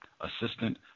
Assistant